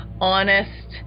honest